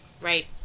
right